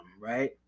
right